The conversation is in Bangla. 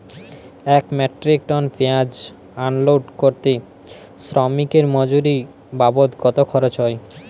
এক মেট্রিক টন পেঁয়াজ আনলোড করতে শ্রমিকের মজুরি বাবদ কত খরচ হয়?